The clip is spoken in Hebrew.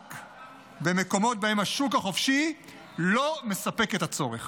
במקומות שבהם השוק החופשי לא מספק את הצורך.